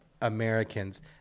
Americans